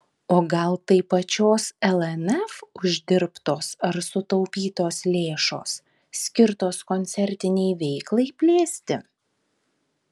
o gal tai pačios lnf uždirbtos ar sutaupytos lėšos skirtos koncertinei veiklai plėsti